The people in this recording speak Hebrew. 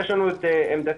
יש לנו את עמדתנו,